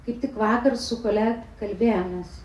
kaip tik vakar su kole kalbėjomės